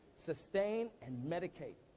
sustain and medicate.